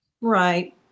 Right